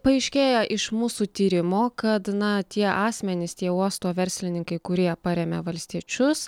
paaiškėjo iš mūsų tyrimo kad na tie asmenys tie uosto verslininkai kurie paremia valstiečius